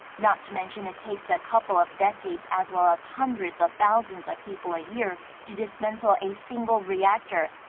not to mention it takes a couple of decades, as well as hundreds of thousands of people a year to dismantle a single reactor.